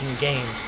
games